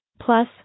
Plus